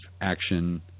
action